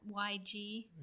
YG